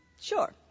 Sure